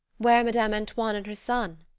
where are madame antoine and her son?